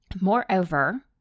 Moreover